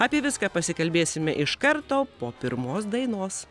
apie viską pasikalbėsime iš karto po pirmos dainos